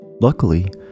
Luckily